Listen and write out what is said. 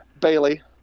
Bailey